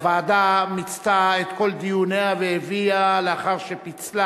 הוועדה מיצתה את כל דיוניה והביאה, לאחר שפיצלה